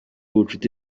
ubucuti